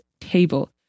Table